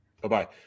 Bye-bye